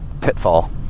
pitfall